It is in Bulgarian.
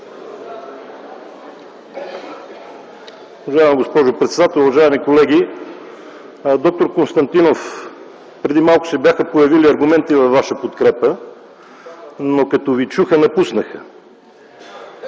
Уважаема госпожо председател, уважаеми колеги! Доктор Константинов, преди малко се бяха появили аргументи във Ваша подкрепа, но като Ви чуха, напуснаха.